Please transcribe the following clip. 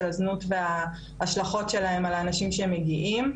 הזנות וההשלכות שלהם על האנשים שמגיעים.